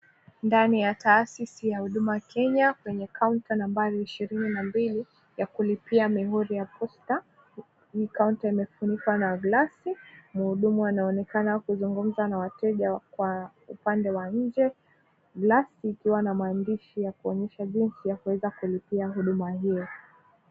Ndani ya taasisi ya Huduma Kenya kwenye kaunta nambari ishirini na mbili ya kulipia mihuri ya posta. Ni kaunta imefunikwa na glasi. Mhudumu anaonekana kuzungumza na wateja kwa upande wa nje. Glasi ikiwa na maandishi ya kuonyesha jinsi ya kuenda kulipia huduma hio.